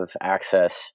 access